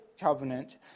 covenant